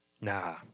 Nah